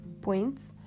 points